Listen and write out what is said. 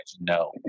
No